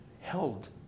held